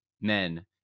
men